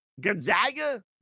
Gonzaga